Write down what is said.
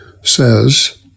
says